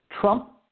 Trump